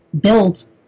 build